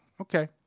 Okay